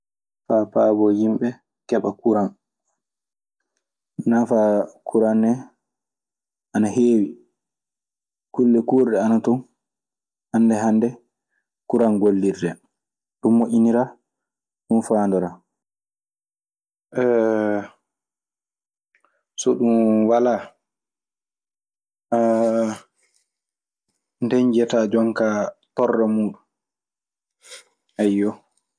Faa paaboo yimɓe keɓa kuran. Nafa kuran ne ana heewi. Kulle kuurɗe ana ton hannde hannde kuran gollirtee. Ɗun moƴƴiniraa. Ɗun faandoraa. So ɗun walaa nden njiyataa jonkaa torla muuɗun. Ayyo.